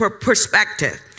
perspective